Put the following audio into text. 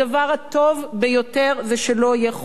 הדבר הטוב ביותר הוא שלא יהיה חוק.